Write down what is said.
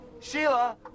Sheila